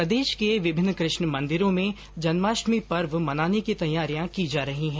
प्रदेश के विभिन्न कृष्ण मंदिरों में जन्माष्टमी पर्व मनाने की तैयारियां की जा रही है